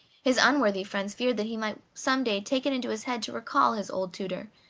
his unworthy friends feared that he might some day take it into his head to recall his old tutor,